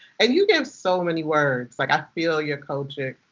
and you gave so many words. like i feel your coaching.